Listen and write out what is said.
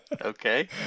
Okay